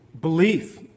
belief